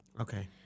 Okay